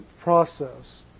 process